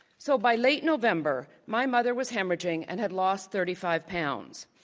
so by late november, my mother was hemorrhaging and had lost thirty five pounds.